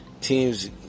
teams